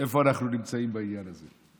איפה אנחנו נמצאים בעניין הזה.